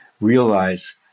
realize